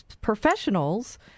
professionals